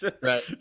Right